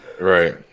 Right